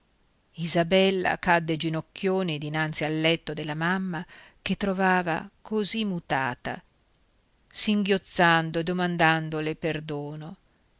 isabella cadde ginocchioni dinanzi al letto della mamma che trovava così mutata singhiozzando e domandandole perdono